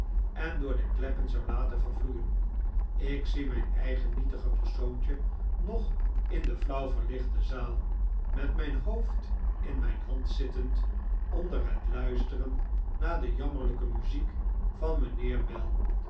en door de kleppen zou laten vervloeien ik zie mijn eigen nietige persoontje nog in de flauw verlichte zaal met mijn hootd in mijn hand zittend onder het luisteren naar de jammerlijke muziek van mijnheer mell